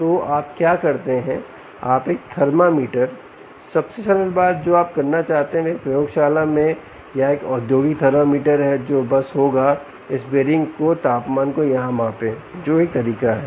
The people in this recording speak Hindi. तो आप क्या करते हैं आप एक थर्मामीटर सबसे सरल बात जो आप करना चाहते हैं वह एक प्रयोगशाला या एक औद्योगिक थर्मामीटर है जो बस होगा इस बीयरिंग के तापमान को यहां मापें जो एक तरीका है